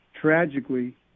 tragically